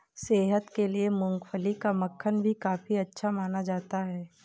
सेहत के लिए मूँगफली का मक्खन भी काफी अच्छा माना जाता है